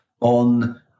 on